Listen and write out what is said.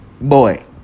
Boy